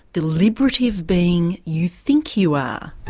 deliberative being you think you are?